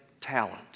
talent